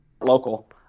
local